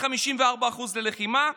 54% ללחימה.